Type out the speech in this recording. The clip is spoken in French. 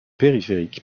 périphérique